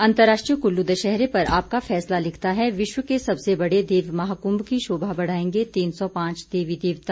अंतरराष्ट्रीय कुल्लू दशहरे पर आपका फैसला लिखता है विश्व के सबसे बड़े देव महाकुभ की शोभा बढ़ाएंगे तीन सौ पाँच देवी देवता